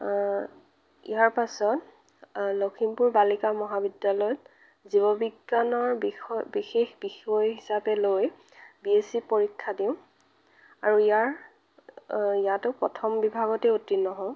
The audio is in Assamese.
ইয়াৰ পিছত লখিমপুৰ বালিকা মহাবিদ্যালয়ত জীৱ বিজ্ঞানৰ বিষয় বিশেষ বিষয় হিচাপে লৈ বি এ চি পৰীক্ষা দিওঁ আৰু ইয়াৰ ইয়াতো প্ৰথম বিভাগতে উত্তীৰ্ণ হওঁ